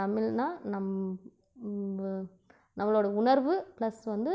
தமிழ்னா நம் நம்மளோடய உணர்வு ப்ளஸ் வந்து